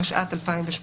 התשע"ט-2018".